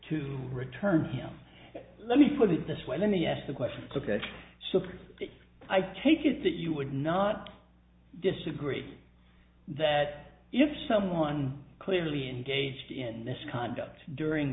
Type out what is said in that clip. to return him let me put it this way let me ask the question so i take it that you would not disagree that if someone clearly engaged in misconduct during